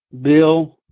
Bill